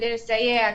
כדי לסייע,